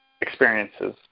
experiences